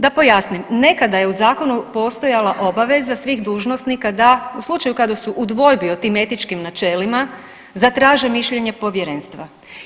Da pojasnim, nekada je u zakonu postojala obaveza svih dužnosnika da u slučaju kada su u dvojbi o tim etičkim načelima, zatraže mišljenje povjerenstva.